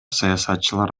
саясатчылар